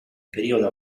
periodo